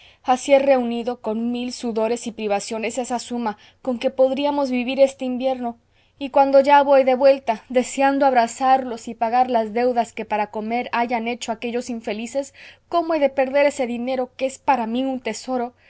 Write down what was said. así he reunido con mil sudores y privaciones esa suma con que podríamos vivir este invierno y cuando ya voy de vuelta deseando abrazarlos y pagar las deudas que para comer hayan hecho aquellos infelices cómo he de perder ese dinero que es para mí un tesoro